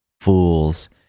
fools